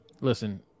listen